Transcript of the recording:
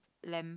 lamp